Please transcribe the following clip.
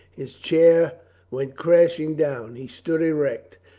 his chair went crashing down. he stood erect,